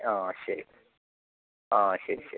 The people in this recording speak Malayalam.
ആ ശരി ആ ശരി ശരി